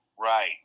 right